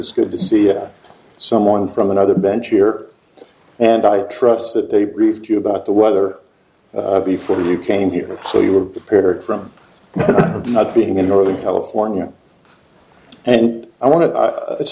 it's good to see someone from another bench here and i trust that they briefed you about the weather before you came here so you were prepared from not being in northern california and i want to it's